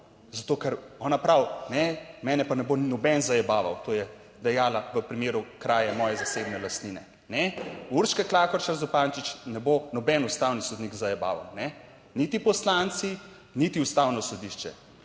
zato ker ona pravi, mene pa ne bo noben zajebaval. To je dejala v primeru kraje moje zasebne lastnine. Ne, Urško Klakočar Zupančič, ne bo noben ustavni sodnik zajebaval, ne niti poslanci, niti Ustavno sodišče.